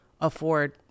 afford